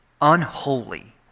unholy